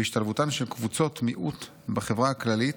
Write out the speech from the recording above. והשתלבותן של קבוצות מיעוט בחברה הכללית,